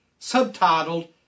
subtitled